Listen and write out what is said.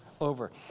over